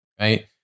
right